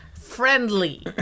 friendly